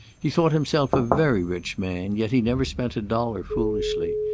he thought himself a very rich man, yet he never spent a dollar foolishly.